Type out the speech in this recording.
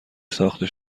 ساخته